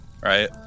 right